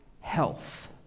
health